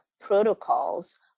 protocols